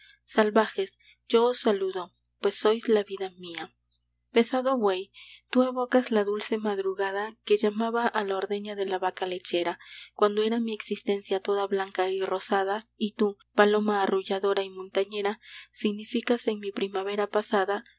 salvajes yo os saludo pues sois la vida mía pesado buey tú evocas la dulce madrugada que llamaba a la ordeña de la vaca lechera cuando era mi existencia toda blanca y rosada y tú paloma arrulladora y montañera significas en mi primavera pasada